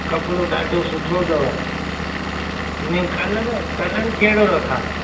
कपिड़ो ॾाढो सुठो अथव इने कलर कलर कहिड़ो रखां